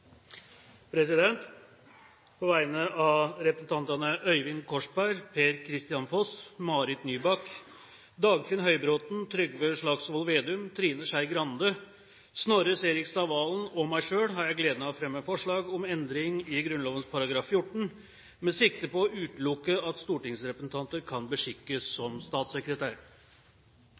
grunnlovsforslag. På vegne av representantene Øyvind Korsberg, Per-Kristian Foss, Marit Nybakk, Dagfinn Høybråten, Trygve Slagsvold Vedum, Trine Skei Grande, Snorre Serigstad Valen og meg selv har jeg gleden av å fremme et forslag om endring i Grunnloven § 14 med sikte på å utelukke at stortingsrepresentanter kan beskikkes som